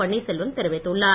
பன்னீர்செல்வம் தெரிவித்துள்ளார்